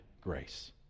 grace